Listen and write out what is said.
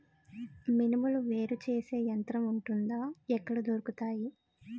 మినుములు వేరు చేసే యంత్రం వుంటుందా? ఎక్కడ దొరుకుతాయి?